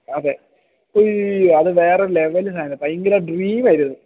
അതെ ഉയ്യോ അത് വേറൊരു ലെവല് സാധനം ഭയങ്കര ഡ്രീമ് ആയിരുന്നു